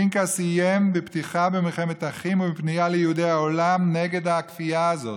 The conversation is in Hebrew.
פנקס איים בפתיחה במלחמת אחים ובפנייה ליהודי העולם נגד הכפייה הזאת,